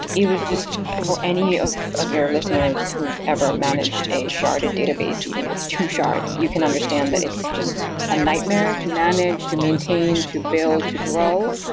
it was just, for any of of your listeners who've managed a sharded database, even with two shards, you can understand that it's just a nightmare to manage, to maintain, to build, to grow.